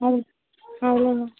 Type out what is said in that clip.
அவ் அவ்வளோதான்